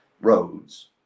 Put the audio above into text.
roads